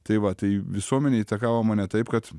tai va tai visuomenė įtakavo mane taip kad